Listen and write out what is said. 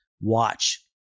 watch